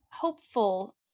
hopeful